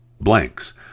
blanks